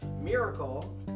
Miracle